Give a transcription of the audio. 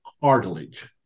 cartilage